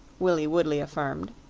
willie woodley affirmed.